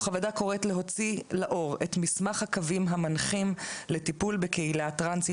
הוועדה קוראת להוציא לאור את מסמך הקווים המנחים לטיפול בקהילה הטרנסית